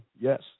Yes